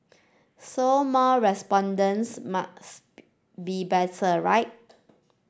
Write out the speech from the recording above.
so more respondents must be better right